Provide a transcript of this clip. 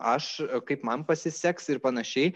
aš kaip man pasiseks ir panašiai